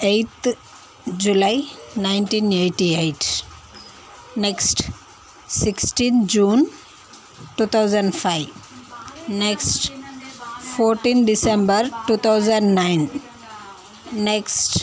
eighth July nineteen eighty eight next sixteen June two thousand five next fourteen December two thousand nine next